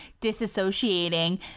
disassociating